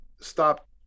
stop